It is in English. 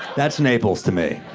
that's naples to me.